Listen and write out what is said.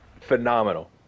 phenomenal